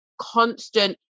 constant